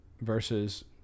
Versus